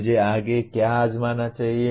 मुझे आगे क्या आज़माना चाहिए